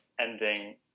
ending